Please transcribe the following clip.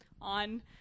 on